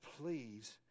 please